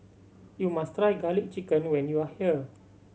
you must try Garlic Chicken when you are here